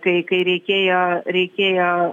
kai kai reikėjo reikėjo